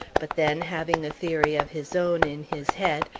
but then having a theory of his own in his head,